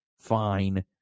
fine